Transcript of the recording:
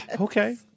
Okay